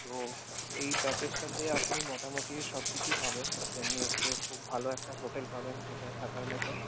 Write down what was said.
তো এই প্যাকেজটাতে আপনি মোটামুটি সব কিছুই পাবেন যেমন হচ্ছে খুব ভালো একটা হোটেল পাবেন সেখানে থাকার মতোন